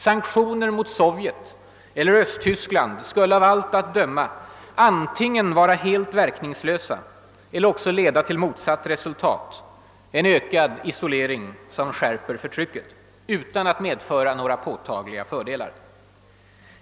Sanktioner mot Sovjet eller Östtyskland skulle av allt att döma antingen vara helt verkningslösa eller också leda till motsatt resultat: en ökad isolering som skärper förtrycket utan att medföra några påtagliga fördelar.